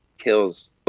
kills